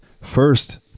First